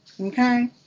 okay